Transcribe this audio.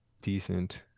decent